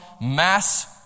mass